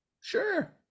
sure